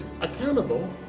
accountable